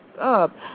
up